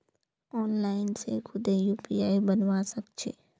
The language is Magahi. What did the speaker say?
आनलाइन से खुदे यू.पी.आई बनवा सक छी